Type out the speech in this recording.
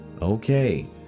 Okay